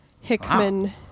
Hickman